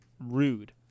rude